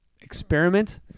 experiment